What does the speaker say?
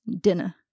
Dinner